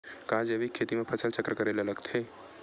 का जैविक खेती म फसल चक्र करे ल लगथे?